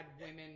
women